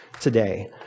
today